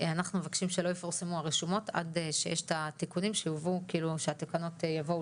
שלא יפורסמו הרשומות עד שהתקנות יבואו